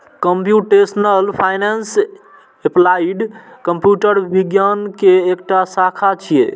computational finance applied computer विज्ञान के एकटा शाखा छियै